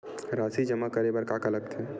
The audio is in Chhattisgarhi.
राशि जमा करे बर का का लगथे?